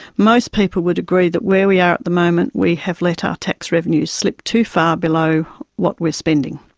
most people would agree that where we are at the moment we have let our tax revenues slip too far below what we are spending.